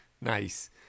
nice